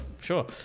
Sure